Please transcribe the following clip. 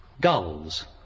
Gulls